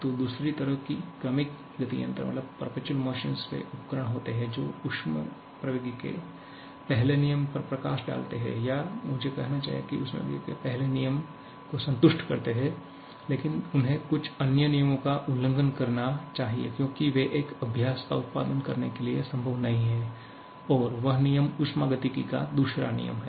तो दूसरी तरह की क्रमिक गति यंत्र वे उपकरण होते हैं जो ऊष्मागतिकी के पहले नियम पर प्रकाश डालते हैं या मुझे कहना चाहिए कि वे ऊष्मप्रवैगिकी के पहले नियम को संतुष्ट करते हैं लेकिन उन्हें कुछ अन्य नियमो का उल्लंघन करना चाहिए क्योंकि वे एक अभ्यास का उत्पादन करने के लिए संभव नहीं हैं और वह नियम ऊष्मागतिकी का दूसरा नियम है